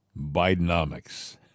Bidenomics